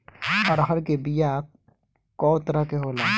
अरहर के बिया कौ तरह के होला?